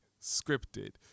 scripted